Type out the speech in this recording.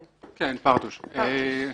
בבקשה.